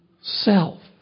self